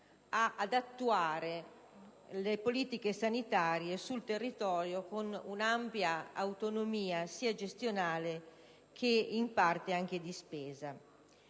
ad attuare le politiche sanitarie sul territorio con un'ampia autonomia sia gestionale che, in parte, anche di spesa.